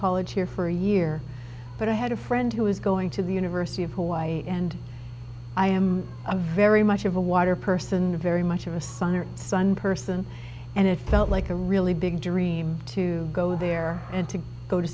college here for a year but i had a friend who was going to the university of hawaii and i am a very much of a water person very much of a son or son person and it felt like a really big dream to go there and to go to